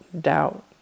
doubt